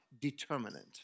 determinant